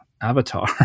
Avatar